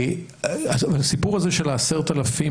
אבל הסיפור הזה של ה-10,000,